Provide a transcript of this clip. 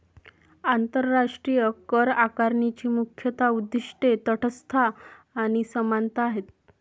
आंतरराष्ट्रीय करआकारणीची मुख्य उद्दीष्टे तटस्थता आणि समानता आहेत